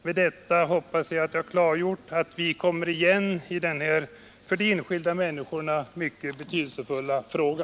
Med det anförda har jag velat klargöra att vi kommer igen i denna för de enskilda människorna mycket betydelsefulla fråga.